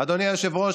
אדוני היושב-ראש,